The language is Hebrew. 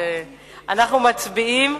אנחנו מצביעים.